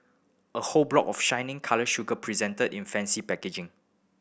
a whole block of shiny coloured sugar presented in fancy packaging